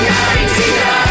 1999